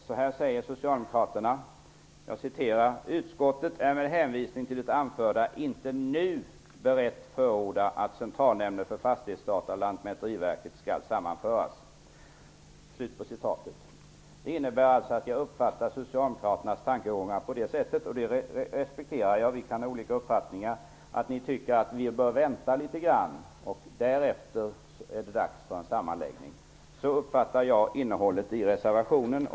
Så här skriver socialdemokraterna: ''Utskottet är med hänvisning till det ovan anförda inte nu berett förorda att Jag uppfattar det på det sättet -- jag respekterar att vi kan ha olika uppfattningar -- att ni tycker att vi bör vänta litet. Därefter är det dags för en sammanläggning. Så uppfattar jag innehållet i reservationen.